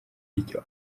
icyo